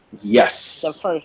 yes